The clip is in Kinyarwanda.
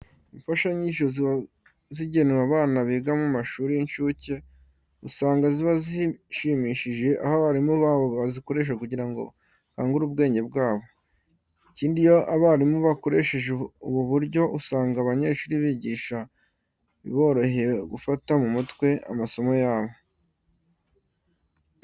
Imfashanyigisho ziba zigenewe abana biga mu mashuri y'incuke, usanga ziba zishimishije, aho abarimu babo bazikoresha kugira ngo bakangure ubwenge bwabo. Ikindi iyo abarimu bakoresheje ubu buryo, usanga abanyeshuri bigisha biborohera gufata mu mutwe amasomo yabo.